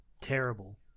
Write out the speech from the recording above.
Terrible